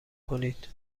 کنید